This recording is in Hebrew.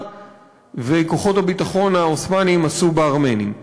וכוחות הביטחון העות'מאנים עשו בארמנים.